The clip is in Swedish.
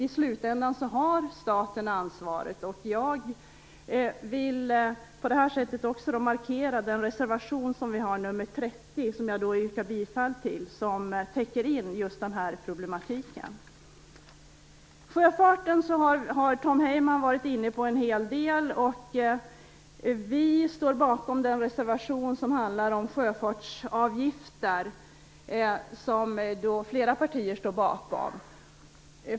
I slutändan har staten ansvaret. Jag vill på det här sättet också markera den reservation som vi har, nämligen nr 30 som täcker in just det här problemet. Jag yrkar bifall till den. Tom Heyman har talat en hel del om sjöfarten. Vi står bakom den reservation som handlar om sjöfartsavgifter och som flera partier står bakom.